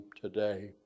today